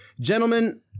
Gentlemen